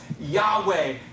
Yahweh